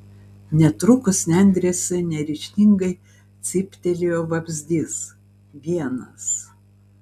netrukus nendrėse neryžtingai cyptelėjo vabzdys vienas